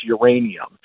uranium